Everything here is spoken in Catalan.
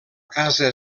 casa